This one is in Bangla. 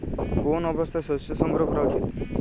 কোন অবস্থায় শস্য সংগ্রহ করা উচিৎ?